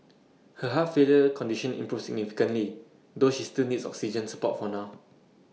her heart failure condition improved significantly though she still needs oxygen support for now